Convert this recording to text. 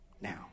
Now